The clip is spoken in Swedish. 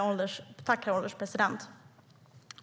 Herr ålderspresident!